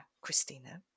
Christina